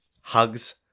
hugs